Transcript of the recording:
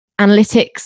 analytics